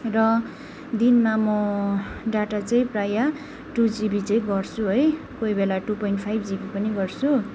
र दिनमा म डाटा चाहिँ प्रायः टू जिबी चाहिँ गर्छु है कोही बेला टू पोइन्ट फाइभ जिबी पनि गर्छु